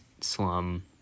slum